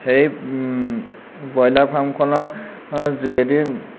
সেই ব্ৰইলাৰ ফাৰ্মখনৰ যোগেদি